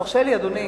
תרשה לי, אדוני,